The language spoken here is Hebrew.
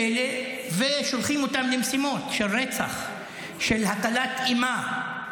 -- ושולחים אותם למשימות של רצח, של הטלת אימה.